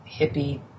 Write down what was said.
hippie